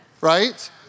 Right